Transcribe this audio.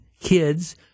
kids